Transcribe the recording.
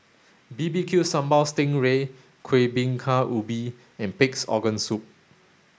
B B Q Sambal Sting Ray Kuih Bingka Ubi and pig's organ soup